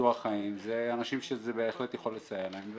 ביטוח חיים, זה בהחלט יכול לסייע להם.